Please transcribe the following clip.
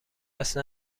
قصد